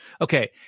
Okay